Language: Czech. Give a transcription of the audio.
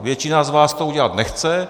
Většina z vás to udělat nechce.